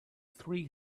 three